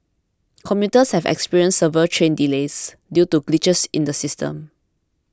commuters have experienced several train delays due to glitches in the system